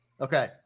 Okay